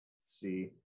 see